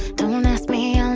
don't ask me, um